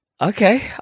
Okay